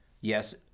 yes